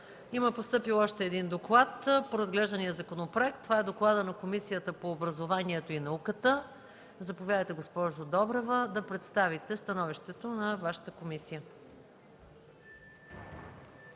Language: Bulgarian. Постъпил е още един доклад по разглеждания законопроект – докладът на Комисията по образованието и науката. Заповядайте, госпожо Добрева, да представите становището на Вашата комисия.